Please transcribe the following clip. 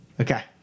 Okay